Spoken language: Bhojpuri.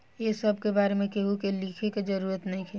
ए सब के बारे में केहू के लिखे के जरूरत नइखे